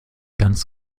ganz